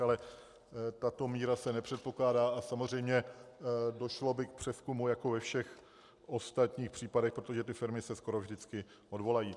Ale tato míra se nepředpokládá a samozřejmě došlo by k přezkumu jako ve všech ostatních případech, protože ty firmy se skoro vždycky odvolají.